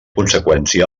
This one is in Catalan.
conseqüència